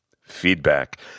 feedback